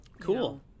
cool